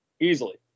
Easily